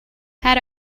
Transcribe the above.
had